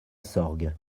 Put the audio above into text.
sorgue